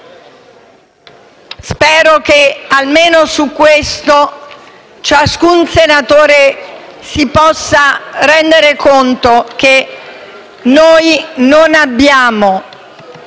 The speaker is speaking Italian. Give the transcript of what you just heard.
Spero che almeno su questo ciascun senatore si possa rendere conto che non abbiamo